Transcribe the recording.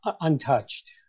untouched